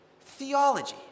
Theology